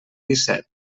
disset